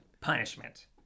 punishment